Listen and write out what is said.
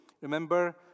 Remember